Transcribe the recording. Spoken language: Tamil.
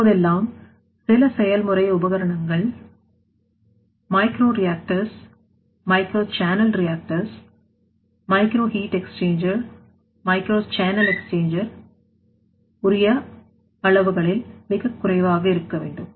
இப்போதெல்லாம் சில செயல்முறை உபகரணங்கள் micro reactors micro channel reactor micro heat exchanger micro channel exchanger உரிய அளவுகளில் மிகக் குறைவாக இருக்க வேண்டும்